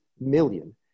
million